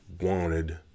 wanted